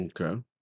Okay